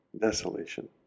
desolation